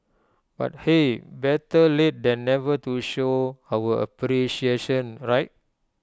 but hey better late than never to show our appreciation right